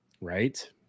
right